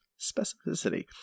specificity